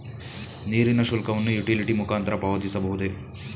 ನೀರಿನ ಶುಲ್ಕವನ್ನು ಯುಟಿಲಿಟಿ ಮುಖಾಂತರ ಪಾವತಿಸಬಹುದೇ?